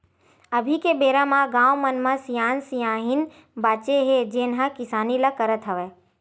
अभी के बेरा म गाँव मन म सियान सियनहिन बाचे हे जेन ह किसानी ल करत हवय